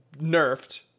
nerfed